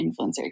influencer